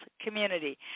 community